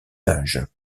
âge